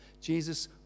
Jesus